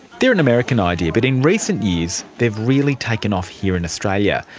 they're an american idea, but in recent years they've really taken off here in australia.